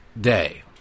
day